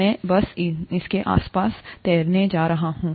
मैं बस इसके आसपास तैरने जा रहा हूं